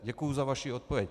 Děkuju za vaši odpověď.